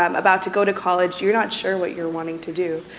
um about to go to college, you're not sure what you're wanting to do.